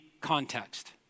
context